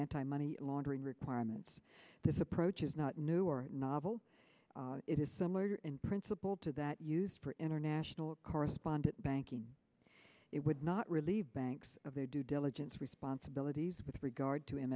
anti money laundering requirements this approach is not new or novel it is similar in principle to that use for international correspondent banking it would not relieve banks of their due diligence responsibilities with regard to m